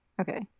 Okay